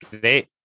Great